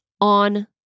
on